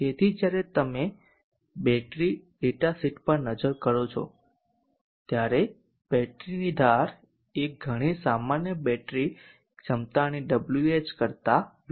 તેથી જ્યારે તમે બેટરી ડેટા શીટ પર નજર કરો છો ત્યારે બેટરીની ધાર એ ઘણી સામાન્ય બેટરી ક્ષમતાની WH કરતા વિશેષ છે